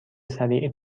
سریع